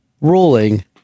ruling